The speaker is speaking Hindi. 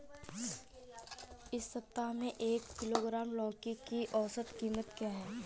इस सप्ताह में एक किलोग्राम लौकी की औसत कीमत क्या है?